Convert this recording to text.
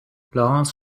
laurence